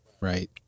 right